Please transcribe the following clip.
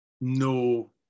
no